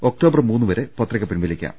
October മൂന്ന് വരെ പത്രിക പിൻവലിക്കാം